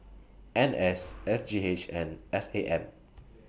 N S S G H and S A M